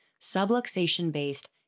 subluxation-based